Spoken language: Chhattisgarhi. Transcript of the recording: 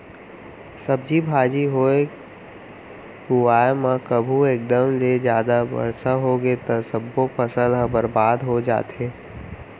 सब्जी भाजी होए हुवाए म कभू एकदम ले जादा बरसा होगे त सब्बो फसल ह बरबाद हो जाथे